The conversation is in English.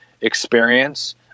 experience